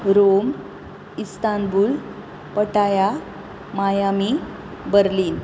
Rome Istanbul Pattaya Miami Berlin